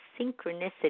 synchronicity